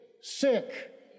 sick